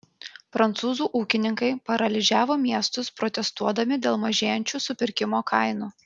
prancūzų ūkininkai paralyžiavo miestus protestuodami dėl mažėjančių supirkimo kainų